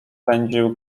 pędził